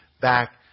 back